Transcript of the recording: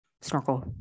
snorkel